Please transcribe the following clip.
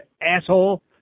asshole